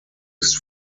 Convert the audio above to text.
ist